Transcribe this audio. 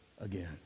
again